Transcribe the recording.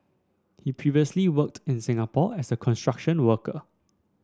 he previously worked in Singapore as a construction worker